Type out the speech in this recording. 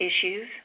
issues